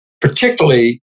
particularly